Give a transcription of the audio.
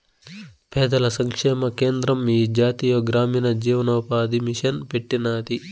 పేదల సంక్షేమ కేంద్రం ఈ జాతీయ గ్రామీణ జీవనోపాది మిసన్ పెట్టినాది